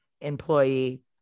employee